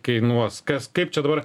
kainuos kas kaip čia dabar